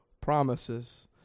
promises